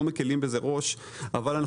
ואנחנו